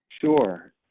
Sure